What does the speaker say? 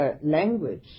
language